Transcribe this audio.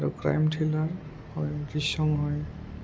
আৰু crime thriller হয় দৃশ্যম হয়